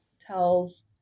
tells